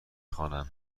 خوانم